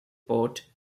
port